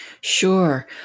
Sure